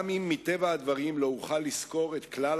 גם אם מטבע הדברים לא אוכל לסקור את כלל